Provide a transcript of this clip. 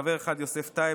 חבר אחד: יוסף טייב,